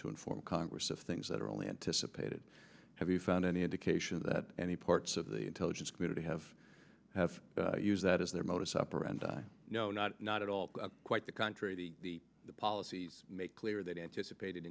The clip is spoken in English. to inform congress of things that are only anticipated have you found any indication that any parts of the intelligence community have have used that as their modus operandi no not not at all quite the contrary policies make clear that anticipated